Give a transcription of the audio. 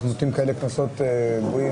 אנחנו נותנים כאלה קנסות גבוהים.